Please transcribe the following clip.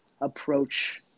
approach